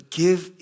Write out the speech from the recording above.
give